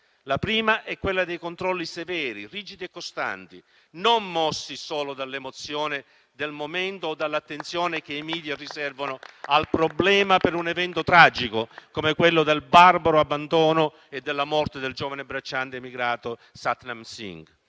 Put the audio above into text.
La prima è quella dei controlli severi, rigidi e costanti, non mossi soltanto dall'emozione del momento o dall'attenzione che i *media* riservano al problema per un evento tragico, come quello del barbaro abbandono e della morte del giovane bracciante emigrato Satnam Singh: